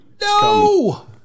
No